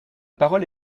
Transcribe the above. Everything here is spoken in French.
parole